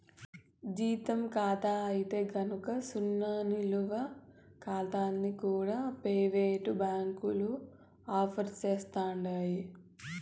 జీతం కాతా అయితే గనక సున్నా నిలవ కాతాల్ని కూడా పెయివేటు బ్యాంకులు ఆఫర్ సేస్తండాయి